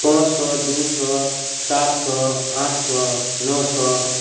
पाँच सए दू सए सात सए आठ सए नओ सए